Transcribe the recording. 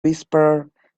whisperer